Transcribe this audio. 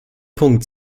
punkt